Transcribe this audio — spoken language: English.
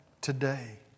today